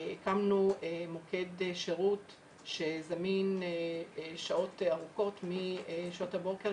הקמנו מוקד שירות שזמין שעות ארוכות משעות הבוקר,